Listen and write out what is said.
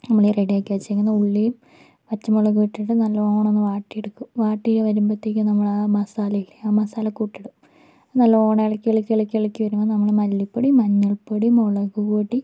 നമ്മൾ ഈ റെഡിയാക്കി വച്ചിരിക്കുന്ന ഉള്ളിയും പച്ചമുളകും ഇട്ടിട്ട് നല്ലോണം ഒന്നു വാട്ടിയെടുക്കും വാട്ടി വരുമ്പോഴത്തേക്കും നമ്മൾ ആ മസാല ഇല്ലേ ആ മസാലക്കൂട്ട് ഇടും അത് നല്ലോണം ഇളക്കി ഇളക്കി ഇളക്കി ഇളക്കി വരുമ്പം നമ്മൾ മല്ലിപൊടി മഞ്ഞൾപ്പൊടി മുളകുപൊടി